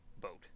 boat